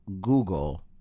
Google